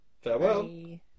farewell